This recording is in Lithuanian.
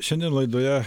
šiandien laidoje